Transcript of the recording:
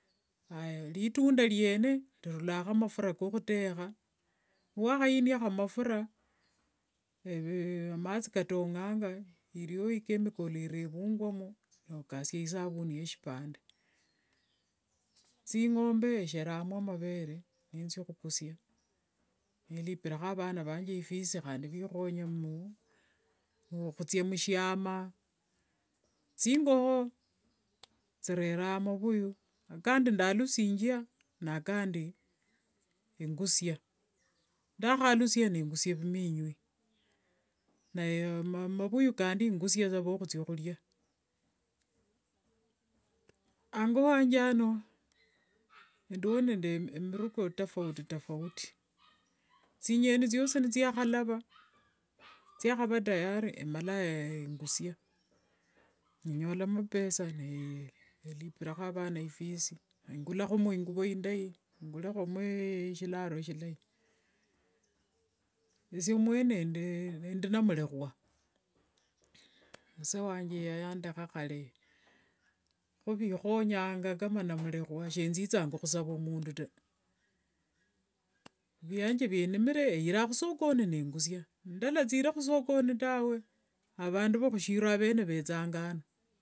Aya ritunda riene rilulangakho mafura kokhutesha, wakhayiniakho amafura mathi katonganga iriwo ichemical irevungwamo nikasia isabuni yeshipande thingombe esherangamo mavere ninzia khukhusia, nelipirakho avana vanje ifisi khandi nivikhonya khuthia mushiama, thingokho thireranga mavuyu kandi ndalusingia nakandi engusia ndakhalusia nengusia vimwinyi naye mavuyu kandi engusia saa vokhuthiakhuria, ango wanje ano ndiwo nende miruko tofauti tafauti, thinyeni thiosi nithiakhalava thiakhava tayari emalanga engusia, ninyola mapesa nelipirakho vana ifisi, engulakhomo inguvo indai, ngulekhomo shilaro shilai, esie mwene endi namurekhwa, mzee wanje yandekha khare, kho vikhonyanga kama namurekhwa senzithanga khusava mundu taa, vyanje vyanimire eyira khusokoni engusia ndalathire khusokoni tawe vandu vokhusokoni vene vetha ano.